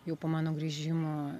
jau po mano grįžimo